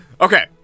Okay